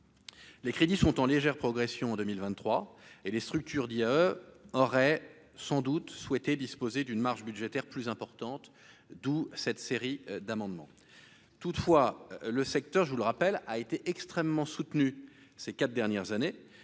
Les crédits sont en légère progression en 2023 et les structures aurait sans doute souhaité disposer d'une marge budgétaire plus importante, d'où cette série d'amendements toutefois le secteur, je vous le rappelle, a été extrêmement soutenue ces 4 dernières années,